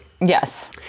Yes